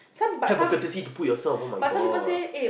have the courtesy to put yourself oh-my-God